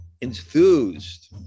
enthused